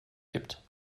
gibt